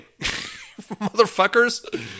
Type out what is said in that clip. Motherfuckers